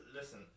listen